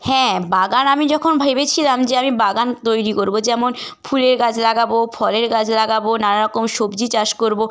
হ্যাঁ বাগান আমি যখন ভেবেছিলাম যে আমি বাগান তৈরি করবো যেমন ফুলের গাছ লাগাবো ফলের গাছ লাগাবো নানা রকম সবজি চাষ করবো